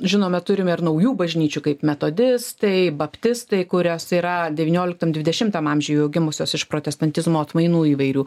žinome turime ir naujų bažnyčių kaip metodistai baptistai kurios yra devynioliktam dvidešimtam amžiuj jau gimusios iš protestantizmo atmainų įvairių